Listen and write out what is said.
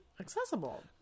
accessible